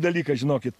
dalyką žinokit